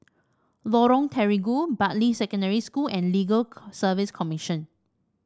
Lorong Terigu Bartley Secondary School and Legal Service Commission